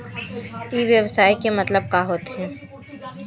ई व्यवसाय के मतलब का होथे?